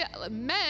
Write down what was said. men